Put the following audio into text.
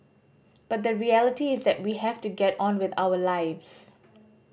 but the reality is that we have to get on with our lives